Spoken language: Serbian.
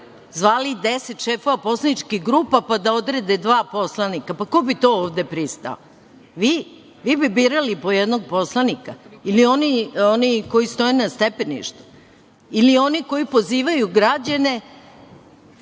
Zvali 10 šefova poslaničkih grupa, pa da odrede dva poslanika, pa ko bi na to ovde pristao? Vi? Vi bi birali po jednog poslanika ili oni koji stoje na stepeništu? Ili oni koji pozivaju građane